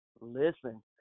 listen